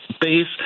base